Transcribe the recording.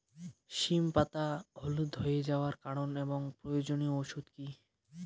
সিম পাতা হলুদ হয়ে যাওয়ার কারণ এবং প্রয়োজনীয় ওষুধ কি?